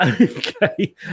Okay